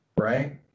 right